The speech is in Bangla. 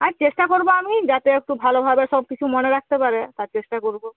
আর চেষ্টা করবো আমি যাতে একটু ভালোভাবে সব কিছু মনে রাখতে পারে তার চেষ্টা করবো